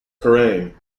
kerrang